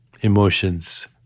emotions